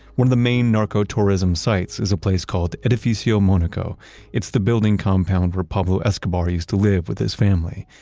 one of the main narco-tourism sites is a place called edificio monaco it's the building compound where pablo escobar used to live with his family,